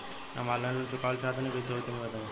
हम online loan चुकावल चाहऽ तनि कइसे होई तनि बताई?